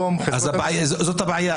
זאת הבעיה.